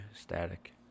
static